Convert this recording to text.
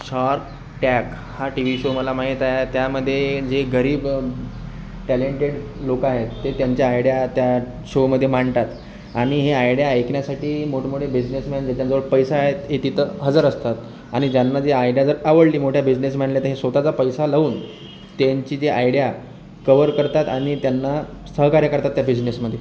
shark Tank हा T V show मला माहीत आहे त्यामध्ये जे गरीब टॅलेंटेड लोक आहेत ते त्यांच्या आयडिया त्या शोमध्ये मांडतात आणि हे आयडिया ऐकण्यासाठी मोठमोठे बिझनेसमॅन ज्यांच्याजवळ पैसा आहे ते तिथं हजर असतात आणि ज्यांना जी आयडिया जर आवडली मोठ्या बिझनेसमॅनला तर हे स्वतःचा पैसा लावून त्यांची जी आयडिया कव्हर करतात आणि त्यांना सहकार्य करतात त्या बिझनेसमध्ये